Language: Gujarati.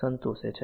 સંતોષે છે